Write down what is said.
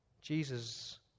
Jesus